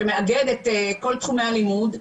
שמאגד את כל תחומי הלימוד,